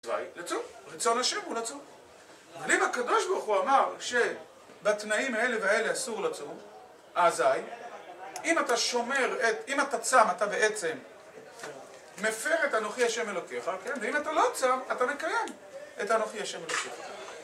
רצון השם הוא לצום. אבל אם הקדוש ברוך הוא אמר שבתנאים האלה והאלה אסור לצום, אזי, אם אתה שומר את... אם אתה צם אתה בעצם מפר את אנוכי ה' אלוקיך, כן, ואם אתה לא צם אתה מקיים את אנוכי ה' אלוקיך